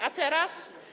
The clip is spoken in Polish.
A teraz?